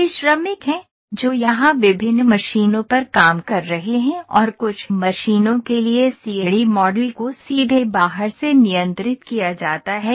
वे श्रमिक हैं जो यहां विभिन्न मशीनों पर काम कर रहे हैं और कुछ मशीनों के लिए सीएडी मॉडल को सीधे बाहर से नियंत्रित किया जाता है